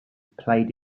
played